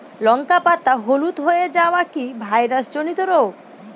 লঙ্কা পাতা হলুদ হয়ে যাওয়া কি ভাইরাস জনিত রোগ?